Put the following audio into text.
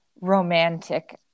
romantic